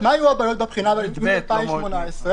מה היו הבעיות בבחינה ביולי 2018?